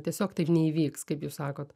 tiesiog taip neįvyks kaip jūs sakot